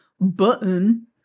button